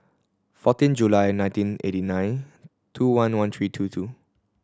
fourteen July nineteen eighty nine two one one three two two